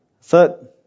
Third